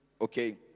okay